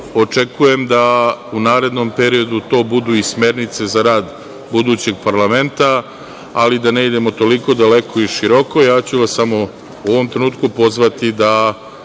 očekujem da u narednom periodu to budu i smernice za rad budućeg parlamenta, ali da ne idemo toliko daleko i široko. Ja ću vas samo u ovom trenutku pozvati da